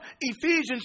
Ephesians